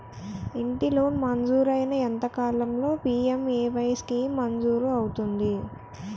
ఇంటి లోన్ మంజూరైన ఎంత కాలంలో పి.ఎం.ఎ.వై స్కీమ్ మంజూరు అవుతుంది?